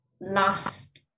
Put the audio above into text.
last